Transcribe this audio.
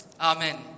Amen